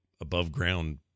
above-ground